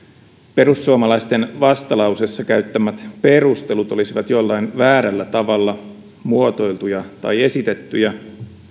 perussuomalaisten vastalauseessaan käyttämät perustelut olisivat jollain väärällä tavalla muotoiltuja tai esitettyjä